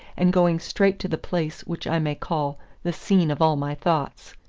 and going straight to the place which i may call the scene of all my thoughts.